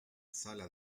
sala